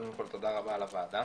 קודם כל תודה רבה על הוועדה.